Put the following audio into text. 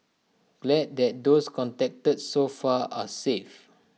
glad that those contacted so far are safe